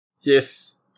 yes